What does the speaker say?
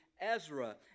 Ezra